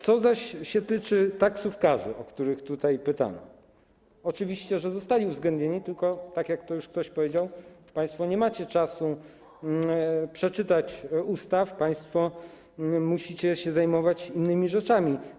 Co zaś się tyczy taksówkarzy, o których tutaj pytano, oczywiście, że zostali uwzględnieni, tylko - tak jak to już ktoś powiedział - państwo nie macie czasu przeczytać ustaw, państwo musicie się zajmować innymi rzeczami.